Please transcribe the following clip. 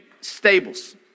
stables